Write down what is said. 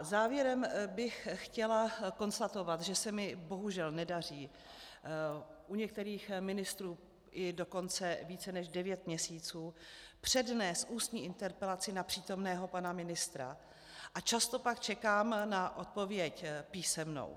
Závěrem bych chtěla konstatovat, že se mi bohužel nedaří, u některých ministrů dokonce více než devět měsíců, přednést ústní interpelaci na přítomného pana ministra a často pak čekám na odpověď písemnou.